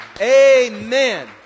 Amen